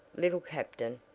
little captain,